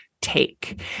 take